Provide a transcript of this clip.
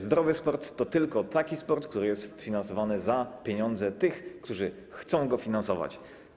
Zdrowy sport to tylko taki sport, który jest finansowany z pieniędzy tych, którzy chcą go finansować.